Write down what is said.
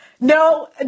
No